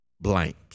blank